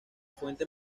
fuentes